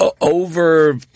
over